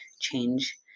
change